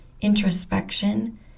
introspection